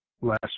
last